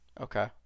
Okay